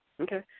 Okay